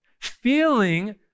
feeling